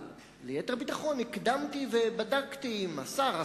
אבל ליתר ביטחון הקדמתי ובדקתי עם השר.